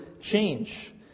change